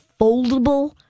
foldable